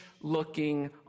looking